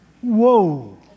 Whoa